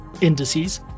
indices